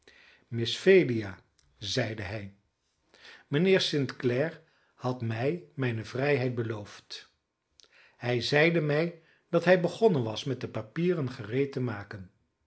miss phelia zeide hij mijnheer st clare had mij mijne vrijheid beloofd hij zeide mij dat hij begonnen was met de papieren gereed te maken